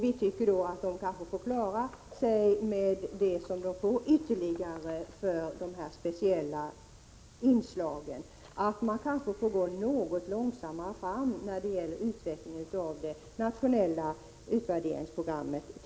Vi tycker man får klara sig med det som man får ytterligare för dessa speciella inslag. T. ex. får man kanske gå något långsammare fram när det gäller utvecklingen av det nationella utvärderingsprogrammet.